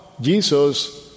Jesus